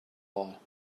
all